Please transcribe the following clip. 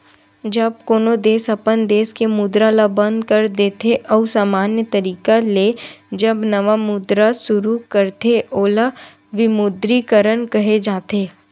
जब कोनो देस अपन देस के मुद्रा ल बंद कर देथे अउ समान्य तरिका ले जब नवा मुद्रा सुरू करथे ओला विमुद्रीकरन केहे जाथे